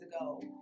ago